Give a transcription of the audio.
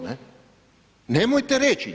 Nemojte reći.